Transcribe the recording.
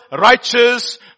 righteous